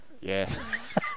Yes